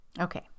Okay